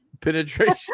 penetration